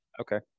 Okay